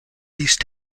these